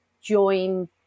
join